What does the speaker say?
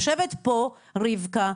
יושבת פה רבקה.